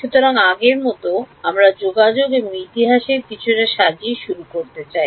সুতরাং আগের মত আমরা যোগাযোগ এবং ইতিহাসের কিছুটা সাজিয়ে শুরু করতে চাই